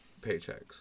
paychecks